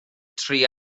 tri